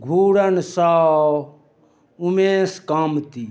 घूरन साव उमेश कामति